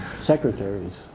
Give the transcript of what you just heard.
secretaries